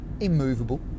Immovable